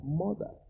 mother